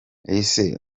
ese